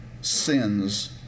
sins